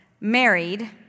married